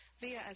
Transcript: via